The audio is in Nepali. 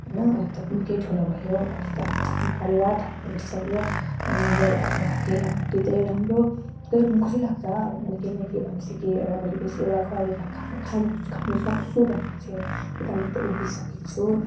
होइन अहिले त निकै ठुलो भयो अहिले त अब आफ्नो परिवार थाम्ने भइसक्यो आमा बाउहरूको लागि त्यो त राम्रो खुसी लाग्छ अब मैले केही न केही गर्न सिकेँ एउटा भोलि पर्सि एउटा गरेर खान खान सक्छु भन्ने चाहिँ एउटा खुट्टामा उभिसकेको छु